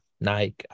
Nike